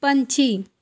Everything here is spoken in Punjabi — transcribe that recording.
ਪੰਛੀ